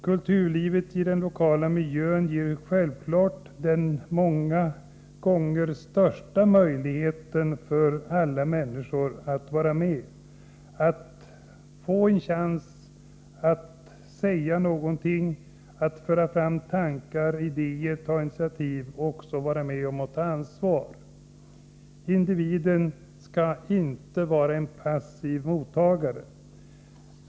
Kulturlivet i den lokala miljön ger självfallet många gånger den största möjligheten för alla människor att vara med, att få en chans att säga någonting, att föra fram tankar, idéer, att ta initiativ och också vara med och ta ansvar. Individen skall inte vara en passiv mottagare.